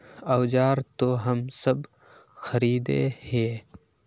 औजार तो हम सब खरीदे हीये?